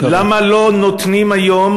למה לא נותנים היום